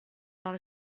not